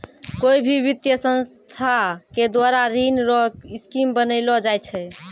कोय भी वित्तीय संस्था के द्वारा ऋण रो स्कीम बनैलो जाय छै